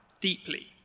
deeply